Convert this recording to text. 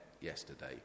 yesterday